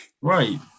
Right